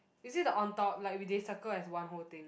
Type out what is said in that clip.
is it the on top like we they circle as one whole thing